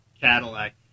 Cadillac